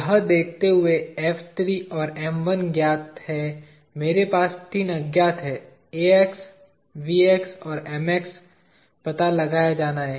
यह देखते हुए और ज्ञात हैं मेरे पास तीन अज्ञात हैं और पता लगाया जाना है